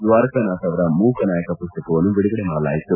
ದ್ವಾರಕಾನಾಥ್ ಅವರ ಮೂಕನಾಯಕ ಪುಸ್ತಕವನ್ನು ಬಿಡುಗಡೆಗೊಳಿಲಾಯಿತು